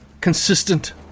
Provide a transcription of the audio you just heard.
Consistent